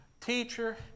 teacher